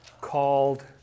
called